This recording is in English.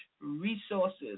resources